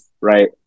right